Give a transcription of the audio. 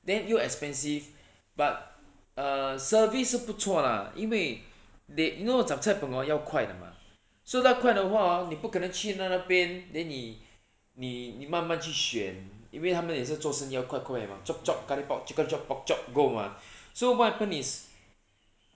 then 又 expensive but err service 是不错 lah 因为 they you know zhup cai png hor 要快的吗 so 他快的话 hor 你不可能去到那边 then 你你慢慢去选因为他们也是做生意要快快吗 chop chop curry pok chicken chop pork chop go mah so what happen is